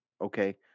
Okay